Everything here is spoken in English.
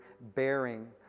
bearing